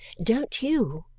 don't you?